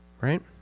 Right